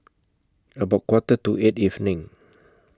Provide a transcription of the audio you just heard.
about Quarter to eight evening